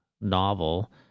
novel